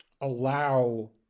allow